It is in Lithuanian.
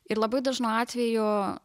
ir labai dažnu atveju